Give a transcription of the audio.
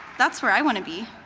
that's where i want to be.